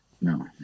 No